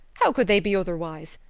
how could they be otherwise?